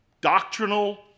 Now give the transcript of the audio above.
Doctrinal